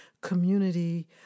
community